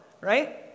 right